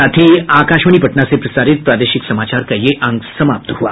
इसके साथ ही आकाशवाणी पटना से प्रसारित प्रादेशिक समाचार का ये अंक समाप्त हुआ